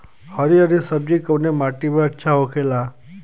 हरी हरी सब्जी कवने माटी में अच्छा होखेला?